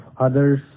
others